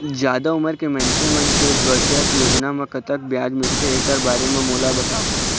जादा उमर के मइनसे मन के बचत योजना म कतक ब्याज मिलथे एकर बारे म मोला बताव?